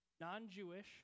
non-Jewish